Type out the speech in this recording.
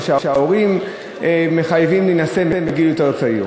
או שההורים מחייבים להינשא בגיל יותר צעיר.